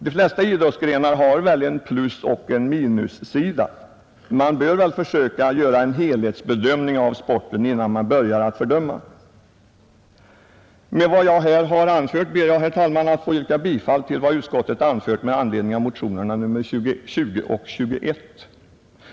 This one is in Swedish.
De flesta idrottsgrenar har väl en plusoch en minussida, och man bör försöka göra en helhetsbedömning av sporten innan man fördömer den. Med vad jag här har anfört ber jag, herr talman, att få yrka bifall till vad utskottet hemställt beträffande motionerna 20 och 21.